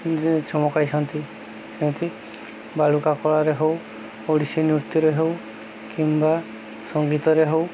ଚମକାଇଛନ୍ତି ଯେମିତି ବାଲୁକା କଳାରେ ହେଉ ଓଡ଼ିଶୀ ନୃତ୍ୟରେ ହେଉ କିମ୍ବା ସଙ୍ଗୀତରେ ହେଉ